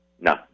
No